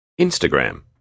Instagram